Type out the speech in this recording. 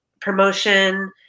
promotion